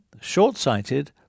short-sighted